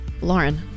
lauren